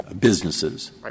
businesses